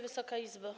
Wysoka Izbo!